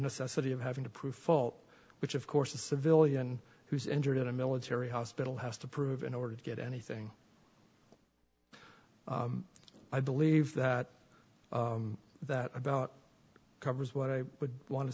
necessity of having to prove fault which of course a civilian who's injured in a military hospital has to prove in order to get anything i believe that that about covers what i would want to